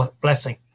blessing